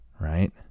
Right